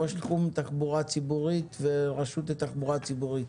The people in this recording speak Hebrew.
ראש תחום תחבורה ציבורית ברשות לתחבורה ציבורית,